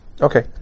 Okay